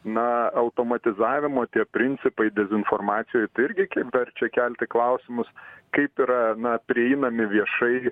na automatizavimo tie principai dezinformacijoj tai irgi verčia kelti klausimus kaip yra na prieinami viešai